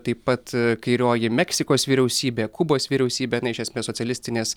taip pat kairioji meksikos vyriausybė kubos vyriausybė na iš esmės socialistinės